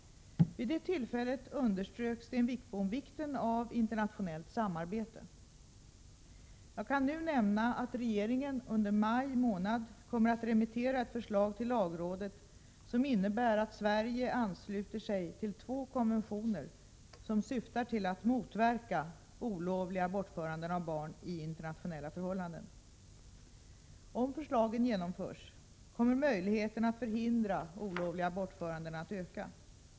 Vid det tillfället underströk Sten Wickbom vikten av internationellt samarbete. Jag kan nu nämna att regeringen under maj månad kommer att remittera ett förslag till lagrådet som innebär att Sverige ansluter sig till två konventioner som syftar till att motverka olovliga bortföranden av barn i internationella förhållanden. Om förslagen genomförs, kommer möjligheterna att förhindra olovliga bortföranden att öka.